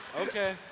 okay